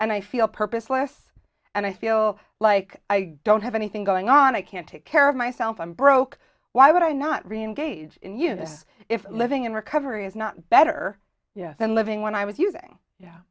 and i feel purposeless and i feel like i don't have anything going on i can't take care of myself i'm broke why would i not reengage in you if living in recovery is not better than living when i was using y